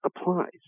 applies